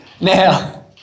Now